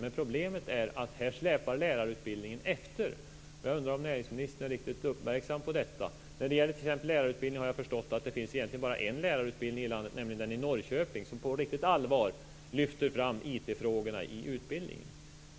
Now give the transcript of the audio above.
Men problemet är att lärarutbildningen här släpar efter, och jag undrar om näringsministern är riktigt uppmärksam på detta. Som jag har förstått det finns det bara en lärarutbildning i landet, nämligen den i Norrköping, som på riktigt allvar lyfter fram IT-frågorna i utbildningen.